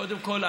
קודם כול,